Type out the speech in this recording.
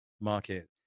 market